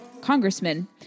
congressman